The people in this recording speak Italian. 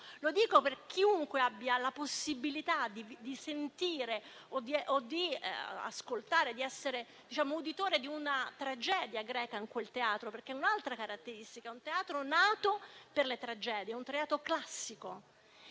Lo dico per chiunque abbia la possibilità di ascoltare ed essere uditore di una tragedia greca in quel teatro, perché un'altra caratteristica è che un teatro nato per le tragedie, è un teatro classico